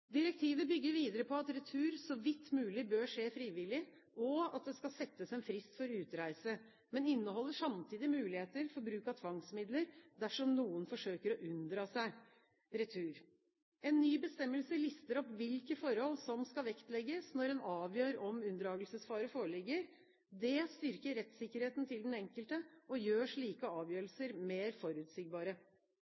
Direktivet bygger videre på at retur så vidt mulig bør skje frivillig, og at det skal settes en frist for utreise, men det inneholder samtidig muligheter for bruk av tvangsmidler dersom noen forsøker å unndra seg retur. En ny bestemmelse lister opp hvilke forhold som skal vektlegges når en avgjør om unndragelsesfare foreligger. Det styrker rettssikkerheten til den enkelte og gjør slike